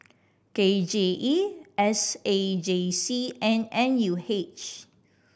K J E S A J C and N U H